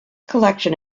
collection